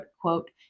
quote